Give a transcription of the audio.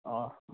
आं